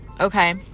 okay